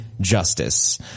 Justice